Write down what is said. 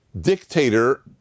dictator